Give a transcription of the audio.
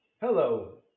Hello